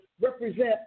represent